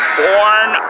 born